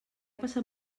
passat